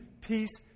Peace